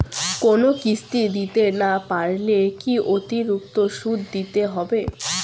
কোনো কিস্তি দিতে না পারলে কি অতিরিক্ত সুদ দিতে হবে?